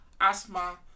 asthma